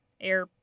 air